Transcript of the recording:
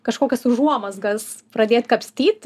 kažkokias užuomazgas pradėt kapstyt